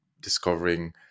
discovering